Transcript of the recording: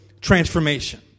transformation